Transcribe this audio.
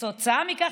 כתוצאה מכך,